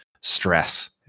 stress